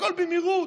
הכול במהירות,